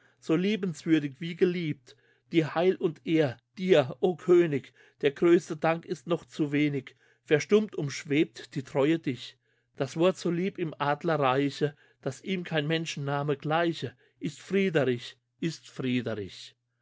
so liebenswürdig wie geliebt die heil und ehre dir o könig der größte dank ist noch zu wenig verstummt umschwebt die treue dich das wort so lieb im adlerreiche dass ihm kein menschenname gleiche ist friederich ist